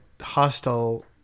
hostile